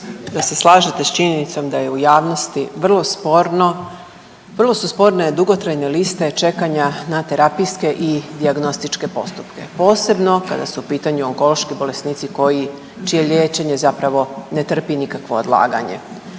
da se slažete s činjenicom da je u javnosti vrlo sporno, vrlo su sporne dugotrajne liste čekanja na terapijske i dijagnostičke postupke. Posebno kada su u pitanju onkološki bolesnici koji, čije liječenje zapravo ne trpi nikakvo odlaganje.